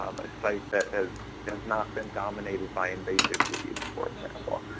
um a site that has has not been dominated by invasive weeds, for example.